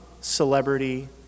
celebrity